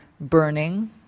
burning